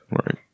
Right